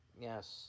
Yes